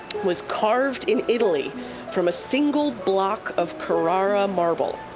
was carved in italy from a single block of carrara marble.